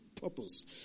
purpose